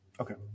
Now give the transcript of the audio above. Okay